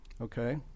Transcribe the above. okay